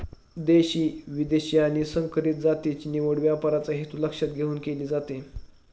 देशी, विदेशी आणि संकरित जातीची निवड व्यापाराचा हेतू लक्षात घेऊन केली जाते